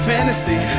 Fantasy